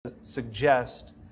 suggest